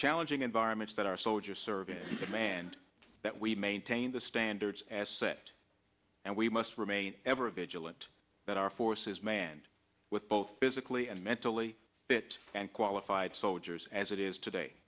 challenging environments that our soldiers serving command that we maintain the standards as set and we must remain ever vigilant that our forces manned with both physically and mentally fit and qualified soldiers as it is today